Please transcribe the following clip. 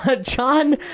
John